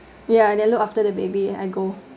ya and then look after the baby and I go